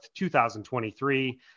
2023